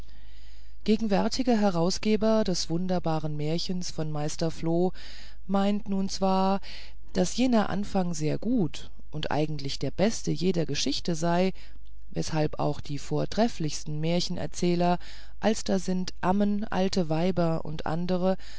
gegenwärtiger herausgeber des wunderbaren märchens von meister floh meint nun zwar daß jener anfang sehr gut und eigentlich der beste jeder geschichte sei weshalb auch die vortrefflichsten märchenerzähler als da sind ammen alte weiber u a